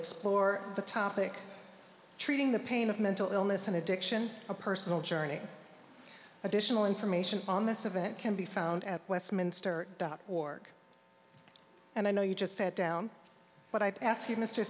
explore the topic treating the pain of mental illness and addiction a personal journey additional information on this event can be found at westminster dot org and i know you just sat down but i passed you mr